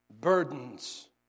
Burdens